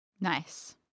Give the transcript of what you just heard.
Nice